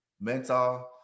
Mental